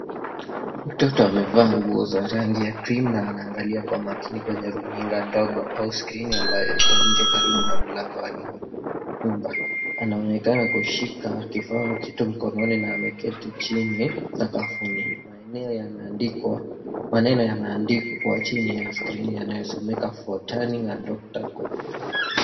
Mtoto amevaa nguo za rangi ya krimu na anaangalia kwa makini kwenye runinga ndogo au skrini ambayo iko nje karibu na mlango wa nyuma anaonekana kushika kishavu mkononi na ameketi chini sakafuni, maeneo yameandikwa maneno yameandikwa chini ya skrini yanayosomeka.